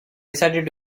decided